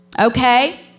Okay